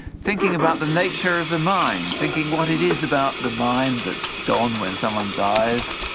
thinking about the nature of the mind, thinking what it is about the mind that's gone when someone dies,